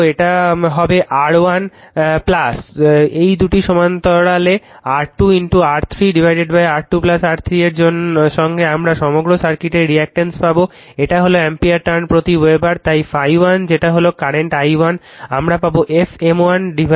তো এটা হবে R1 এই দুটি সমান্তরালে R2 R3 R2 R3 এর সঙ্গে আমরা সমগ্র সার্কিটের রিঅ্যাকটেন্স পাবো এটা হলো অ্যাম্পিয়ার টার্ণ প্রতি ওয়েবার তাই ∅1 যেটা হলো কারেন্ট i1 আমরা পাবো f m1 রিল্যাকটেন্স